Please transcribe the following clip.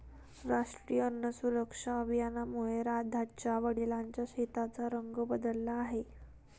राष्ट्रीय अन्न सुरक्षा अभियानामुळे राधाच्या वडिलांच्या शेताचा रंग बदलला आहे